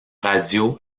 radio